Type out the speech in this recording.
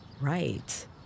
right